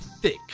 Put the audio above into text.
thick